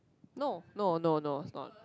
no no no no it's not